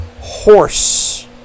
horse